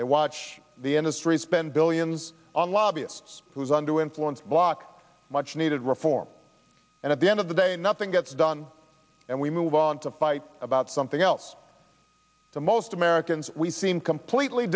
they watch the industry spend billions on lobbyists who's on to influence block much needed reform and at the end of the day nothing gets done and we move on to fight about something else to most americans we seem completely